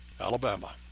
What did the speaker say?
Alabama